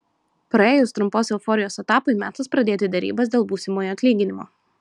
praėjus trumpos euforijos etapui metas pradėti derybas dėl būsimojo atlyginimo